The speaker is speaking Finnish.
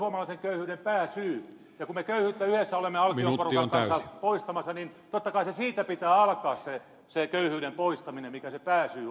ja kun me köyhyyttä yleensä olemme alkion porukan kanssa poistamassa niin totta kai se siitä pitää alkaa se köyhyyden poistaminen mikä se pääsyy on